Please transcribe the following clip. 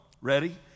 ready